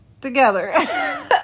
together